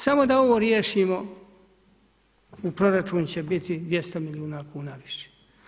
Samo da ovo riješimo u proračunu će biti 200 milijuna kuna više.